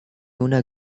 una